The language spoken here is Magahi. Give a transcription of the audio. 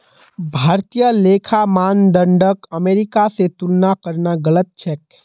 भारतीय लेखा मानदंडक अमेरिका स तुलना करना गलत छेक